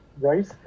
Right